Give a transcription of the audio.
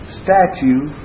statue